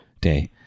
Day